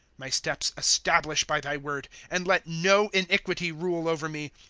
my steps establish by thy word, and let no iniquity rule over me.